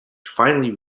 finally